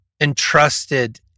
entrusted